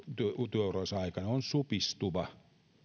työuransa aikana on supistuva ja